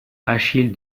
achille